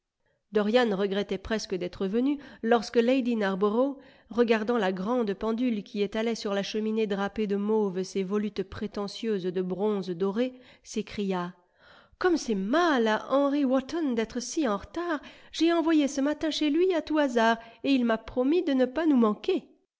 dorian regrettait presque d'être venu lorsque lady narborough regardant la grande pendule qui étalait sur la cheminée drapée de mauve ses volutes prétentieuses de bronze doré s'écria comme c'est mal à henry wotton d'être si en retard j'ai envoyé ce matin chez lui à tout hasard et il m'a promis de ne pas nous manquer